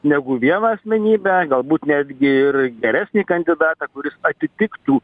negu vieną asmenybę galbūt netgi ir geresnį kandidatą kuris atitiktų